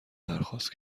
درخواست